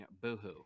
boohoo